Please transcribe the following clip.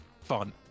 fun